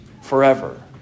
forever